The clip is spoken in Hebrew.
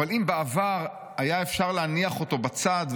אבל אם בעבר אפשר היה להניח אותו בצד,